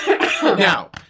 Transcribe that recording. Now